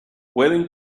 pueden